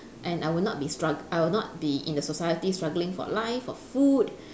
and I will not be struggle I will not be in the society struggling for life for food